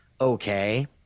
okay